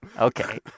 Okay